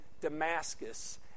Damascus